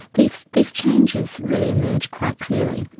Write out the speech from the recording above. these these changes really emerge quite clearly.